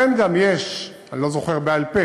לכן גם יש, אני לא זוכר בעל-פה,